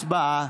הצבעה.